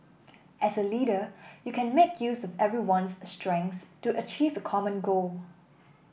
as a leader you can make use of everyone's strengths to achieve common goal